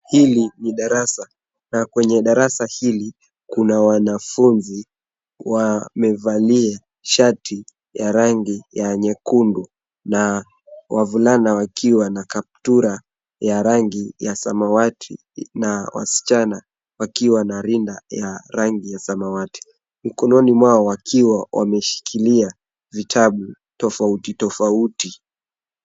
Hili ni darasa na kwenye darasa hili, kuna wanafunzi wamevalia shati ya rangi ya nyekundu na wavulana wakiwa na kaptula ya rangi ya samawati na wasichana wakiwa na rinda ya rangi ya samawati. Mkononi mwao wakiwa wameshikilia vitabu tofauti tofauti,